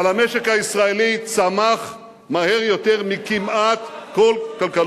אבל המשק הישראלי צמח מהר יותר מכמעט כל כלכלות העולם.